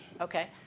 Okay